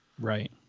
right